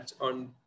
on